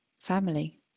family